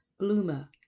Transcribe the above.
Gloomer